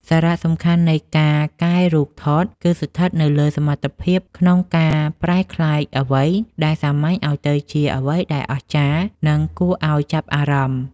សារៈសំខាន់នៃការកែរូបថតគឺស្ថិតនៅលើសមត្ថភាពក្នុងការប្រែក្លាយអ្វីដែលសាមញ្ញឱ្យទៅជាអ្វីដែលអស្ចារ្យ និងគួរឱ្យចាប់អារម្មណ៍។